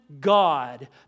God